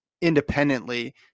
independently